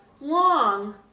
long